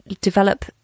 develop